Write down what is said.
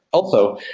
also,